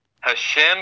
Hashem